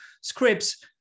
scripts